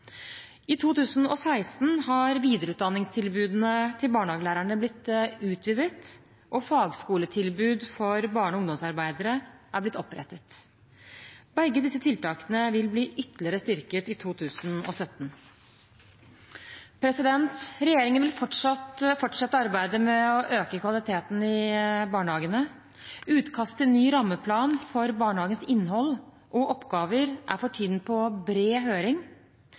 I 2016 har videreutdanningstilbudene til barnehagelærerne blitt utvidet, og fagskoletilbud for barne- og ungdomsarbeidere er blitt opprettet. Begge disse tiltakene vil bli ytterligere styrket i 2017. Regjeringen vil fortsette arbeidet med å øke kvaliteten i barnehagene. Utkast til ny rammeplan for barnehagens innhold og oppgaver er for tiden på bred høring.